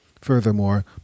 Furthermore